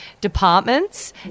departments